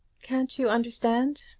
can't you understand?